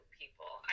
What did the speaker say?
people